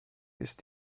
ist